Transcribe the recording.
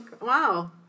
wow